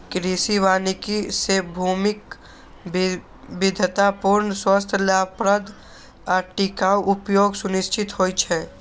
कृषि वानिकी सं भूमिक विविधतापूर्ण, स्वस्थ, लाभप्रद आ टिकाउ उपयोग सुनिश्चित होइ छै